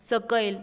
सकयल